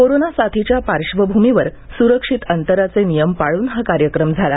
corona साथीच्या पार्श्वभामीवर सुरक्षित अंतराचे नियम पाळून हा कार्यक्रम झाला